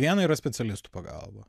viena yra specialistų pagalba